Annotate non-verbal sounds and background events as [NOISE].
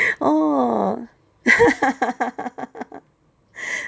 oh [LAUGHS]